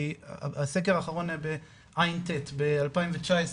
כי הסקר האחרון היה בתשע"ט ב-2019,